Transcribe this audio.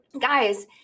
guys